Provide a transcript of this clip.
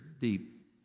deep